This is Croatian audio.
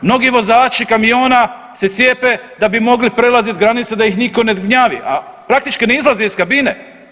Mnogi vozači kamiona se cijepe da bi mogli prelazit granice da ih nitko ne gnjavi, a praktički ne izlaze iz kabine.